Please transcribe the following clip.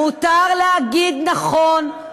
מותר להגיד: נכון,